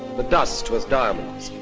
the dust was diamonds,